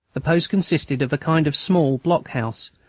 the post consisted of a kind of small blockhouse,